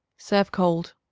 serve cold.